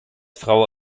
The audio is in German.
frau